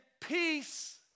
peace